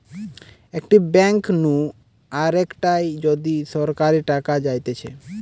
একটি ব্যাঙ্ক নু আরেকটায় যদি সরাসরি টাকা যাইতেছে